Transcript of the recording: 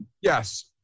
Yes